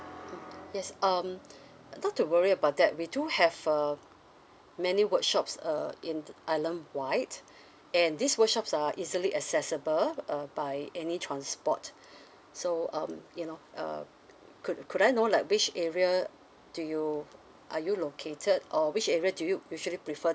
mm yes um not to worry about that we do have uh many workshops uh in alan white and these workshops are easily accessible uh by any transport so um you know uh could could I know like which area do you are you located or which area do you usually prefer